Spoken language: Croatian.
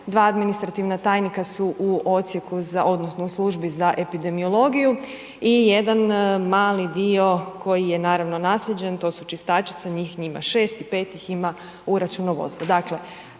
2 administrativna tajnika su u odsjeku u odnosno u Službi za epidemiologiju i jedan mali dio koji je naravno naslijeđen to su čistačice, njih ima 6 i 5 ih ima u računovodstvu.